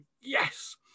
Yes